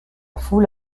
foule